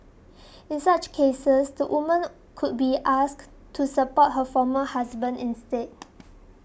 in such cases the woman could be asked to support her former husband instead